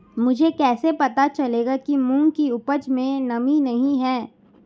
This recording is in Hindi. मुझे कैसे पता चलेगा कि मूंग की उपज में नमी नहीं है?